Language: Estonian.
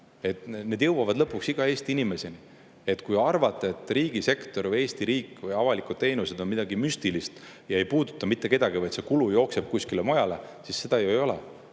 Need jõuavad lõpuks iga Eesti inimeseni. Kui arvate, et riigisektor või Eesti riik või avalikud teenused on midagi müstilist ja ei puuduta mitte kedagi, vaid see kulu jookseb kuskile mujale, siis seda ju ei ole.